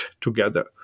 together